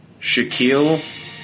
Shaquille